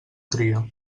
tria